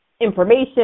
information